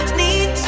need